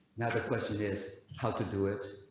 now the question is how to do it.